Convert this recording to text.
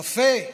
קפה?